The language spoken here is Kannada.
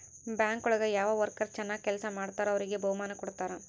ಬ್ಯಾಂಕ್ ಒಳಗ ಯಾವ ವರ್ಕರ್ ಚನಾಗ್ ಕೆಲ್ಸ ಮಾಡ್ತಾರೋ ಅವ್ರಿಗೆ ಬಹುಮಾನ ಕೊಡ್ತಾರ